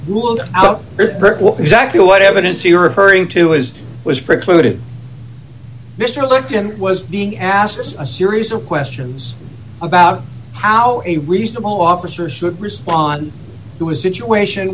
ruled out what exactly what evidence he referring to is was precluded mr lifton was being asked a series of questions about how a reasonable officer should respond to a situation